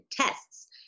tests